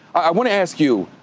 i wanna ask you,